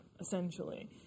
essentially